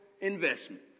investment